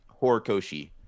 horikoshi